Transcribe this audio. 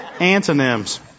Antonyms